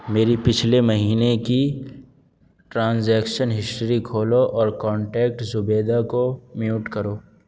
میری پچھلے مہینے کی ٹرانزیکشن ہسٹری کھولو اور کانٹیکٹ زبیدہ کو میوٹ کرو